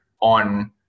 on